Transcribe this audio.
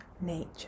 nature